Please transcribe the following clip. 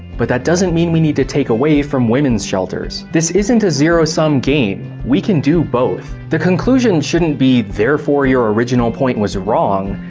but that doesn't mean we need to take away from women's shelters. this isn't a zero-sum game, we can do both. the conclusion shouldn't be therefore your original point was wrong,